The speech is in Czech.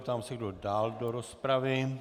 Ptám se, kdo dál do rozpravy.